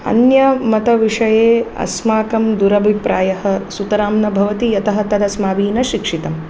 अन्यमतविषये अस्माकं दुरभिप्रायः सुतरां न भवति यतः तदस्माभिः न शिक्षितं